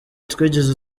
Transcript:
twigeze